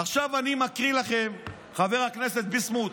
עכשיו אני מקריא לכם, חבר הכנסת ביסמוט,